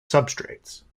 substrates